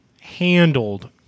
handled